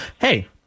Hey